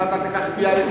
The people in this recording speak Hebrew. אם אתה תיקח את ביאליק,